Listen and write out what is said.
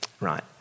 Right